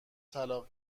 طلاق